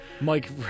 Mike